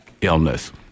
illness